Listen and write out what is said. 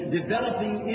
developing